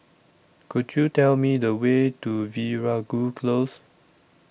Could YOU Tell Me The Way to Veeragoo Close